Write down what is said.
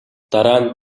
дараа